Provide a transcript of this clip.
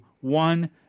one